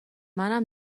منم